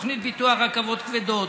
תוכנית פיתוח רכבות כבדות,